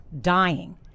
dying